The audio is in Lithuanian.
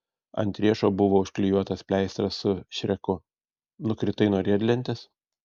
ant riešo buvo užklijuotas pleistras su šreku nukritai nuo riedlentės